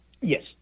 Yes